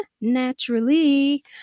naturally